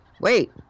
wait